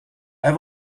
have